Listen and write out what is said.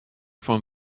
fan